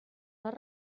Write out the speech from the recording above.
les